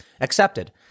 accepted